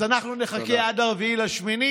אז אנחנו נחכה עד 4 באוגוסט.